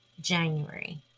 January